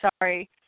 sorry